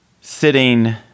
sitting